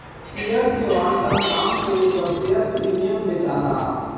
share के आवंटन दाम के उपर शेयर प्रीमियम बेचाला